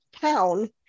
town